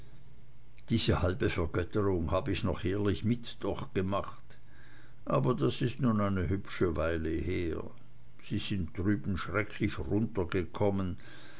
diese halbe vergötterung hab ich noch ehrlich mit durchgemacht aber das ist nun eine hübsche weile her sie sind drüben schrecklich runtergekommen